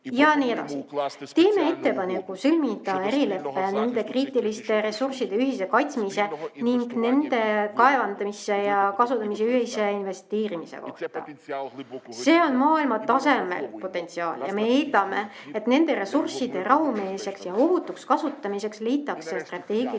ja nii edasi. Teeme ettepaneku sõlmida erilepe nende kriitiliste ressursside ühise kaitsmise ning nende kaevandamisse ja kasumisse ühise investeerimise kohta. See on maailmatasemel potentsiaal ja me eeldame, et nende ressursside rahumeelseks ja ohutuks kasutamiseks leitakse strateegiline